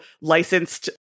licensed